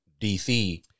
DC